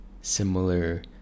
similar